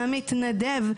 המתנדב,